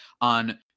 on